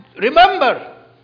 Remember